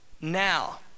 now